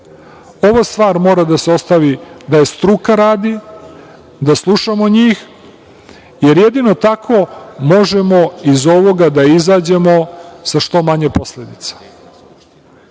stvar mora da se ostavi da je struka radi, da slušamo njih, jer jedino tako možemo iz ovoga da izađemo sa što manje posledica.